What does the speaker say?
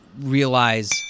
realize